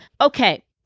okay